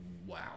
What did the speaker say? wow